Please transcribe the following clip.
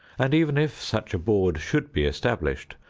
and even if such a board should be established,